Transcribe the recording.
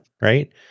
Right